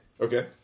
Okay